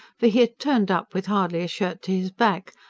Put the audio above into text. for he had turned up with hardly a shirt his back,